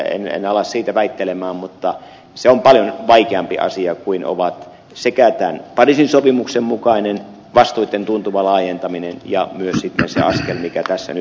en ala siitä väittelemään mutta se on paljon vaikeampi asia kuin on tämän pariisin sopimuksen mukainen vastuitten tuntuva laajentaminen kuin myös se askel mikä tässä nyt otetaan